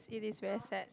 it is very sad